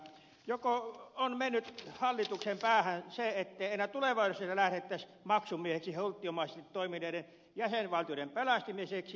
joko on mennyt hallituksen päähän se ettei enää tulevaisuudessa lähdettäisi maksumiehiksi hulttiomaisesti toimineiden jäsenvaltioiden pelastamiseksi